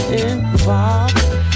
involved